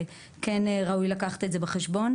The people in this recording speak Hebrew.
וכן ראוי לקחת את זה בחשבון.